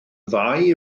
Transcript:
ddau